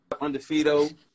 Undefeated